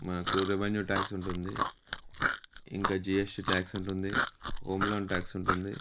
మనకు revenue tax ఉంటుంది ఇంకా జీఎస్టీ ట్యాక్స్ ఉంటుంది హోమ్ లోన్ ట్యాక్స్ ఉంటుంది